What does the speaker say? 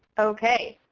ok.